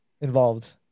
involved